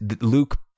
Luke